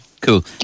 cool